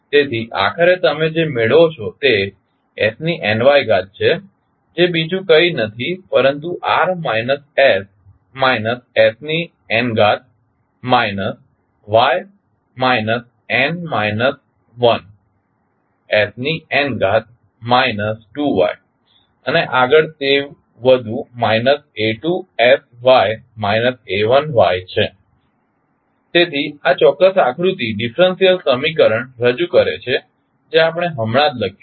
તેથી આખરે તમે જે મેળવો છો તે s ની ny ઘાત છે જે બીજું કંઇ નથી પરંતુ r minus s minus s ની n ઘાત minus y minus n minus 1 s ની n ઘાત માઈનસ 2y અને આગળ તેવુ વધુ માઈનસ a2sy માઈનસ a1y છે તેથી આ ચોક્ક્સ આકૃતિ ડીફરન્સીયલ સમીકરણ રજૂ કરે છે જે આપણે હમણાં જ લખ્યું છે